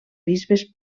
bisbes